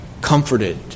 comforted